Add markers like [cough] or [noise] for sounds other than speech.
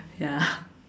ya [noise]